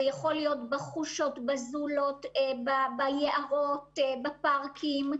זה יכול להיות בחורשות, בזולות, ביערות, בפארקים.